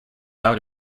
out